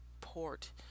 port